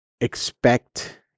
expect